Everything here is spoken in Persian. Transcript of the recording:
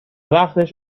وقتش